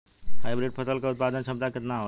Hybrid फसल क उत्पादन क्षमता केतना होला?